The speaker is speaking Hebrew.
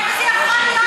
איך זה יכול להיות,